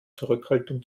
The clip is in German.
zurückhaltung